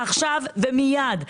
עכשיו ומיד.